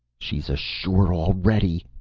she's ashore already,